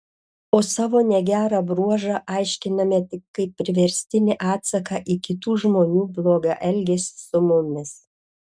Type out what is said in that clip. o savo negerą bruožą aiškiname tik kaip priverstinį atsaką į kitų žmonių blogą elgesį su mumis